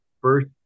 first